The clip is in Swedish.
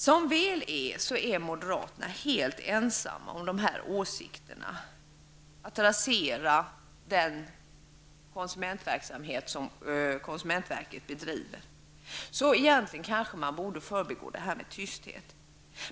Som väl är står moderaterna helt ensamma om åsikterna att rasera den konsumentverksamhet som konsumentverket bedriver. Egentligen borde man kanske förbigå detta med tysthet.